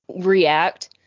react